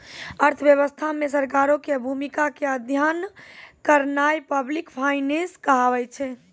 अर्थव्यवस्था मे सरकारो के भूमिका के अध्ययन करनाय पब्लिक फाइनेंस कहाबै छै